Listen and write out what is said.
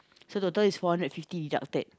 so total is four hundred fifty deducted